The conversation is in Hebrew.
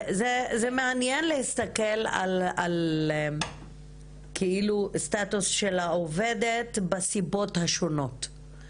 זה מעניין להסתכל על כאילו הסטטוס של העובדת בסיבות השונות.